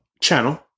channel